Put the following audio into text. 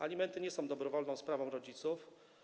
Alimenty nie są dobrowolną sprawą rodziców.